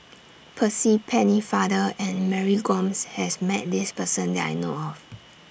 Percy Pennefather and Mary Gomes has Met This Person that I know of